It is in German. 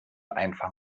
einfach